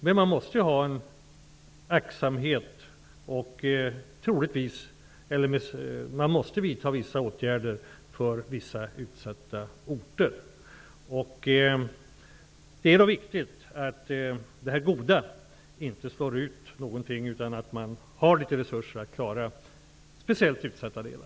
Men man måste ändå ha en viss aktsamhet och vidta en del åtgärder för vissa utsatta orter. Det är då viktigt att det goda inte slår ut någonting, utan att det finns litet resurser så att vi kan klara av att hjälpa speciellt utsatta delar.